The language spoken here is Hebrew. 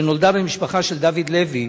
שנולדה במשפחה של דוד לוי,